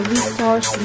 Resource